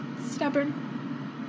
stubborn